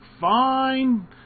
Fine